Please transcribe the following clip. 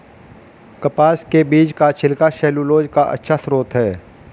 कपास के बीज का छिलका सैलूलोज का अच्छा स्रोत है